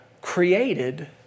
created